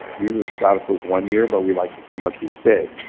usually sabbatical is one year, but we liked it so much we stayed.